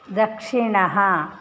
दक्षिणः